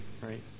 right